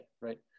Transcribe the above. right